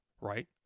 right